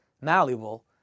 malleable